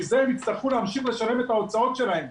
מזה הם יצטרכו להמשיך לשלם את ההוצאות שלהם.